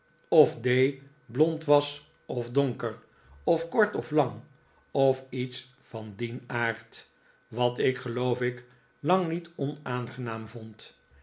of d blond was of donker of kort of lang of iets van dien aard wat ik geloof ik lang niet onaangenaam vond